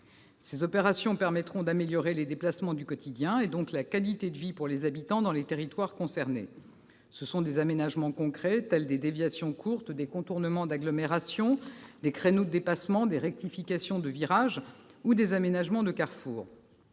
Ces opérations permettront d'améliorer les déplacements du quotidien, et donc la qualité de vie des habitants des territoires concernés. Ce sont des aménagements concrets tels que des déviations courtes, des contournements d'agglomération, des créneaux de dépassement, des rectifications de virages ou des aménagements de carrefours.